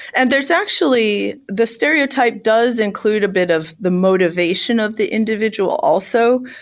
and there is actually the stereotype does include a bit of the motivation of the individual also,